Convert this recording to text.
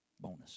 bonus